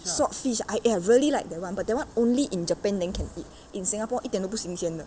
swordfish ah eh I really like that one but that one only in japan then can eat in singapore 一点都不新鲜的